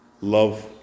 Love